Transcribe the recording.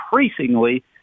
increasingly